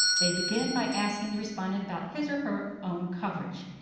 they begin by asking the respondent about his or her own coverage.